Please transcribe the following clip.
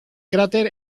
cráter